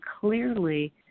clearly